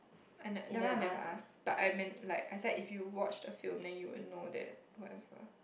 uh no that one I never ask but I men~ like I said if you watch the film then you would know the whatever